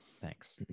Thanks